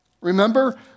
remember